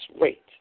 rate